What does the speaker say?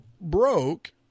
broke